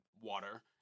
water